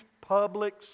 public